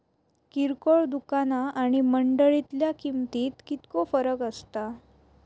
किरकोळ दुकाना आणि मंडळीतल्या किमतीत कितको फरक असता?